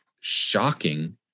shocking